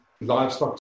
livestock